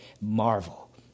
marvel